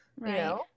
Right